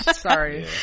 sorry